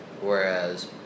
Whereas